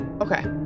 Okay